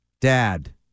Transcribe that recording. Dad